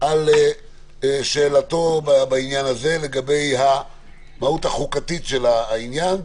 על שאלתו בעניין המהות החוקתית של העניין,